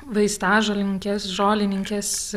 vaistažolininkės žolininkės